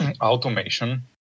automation